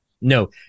No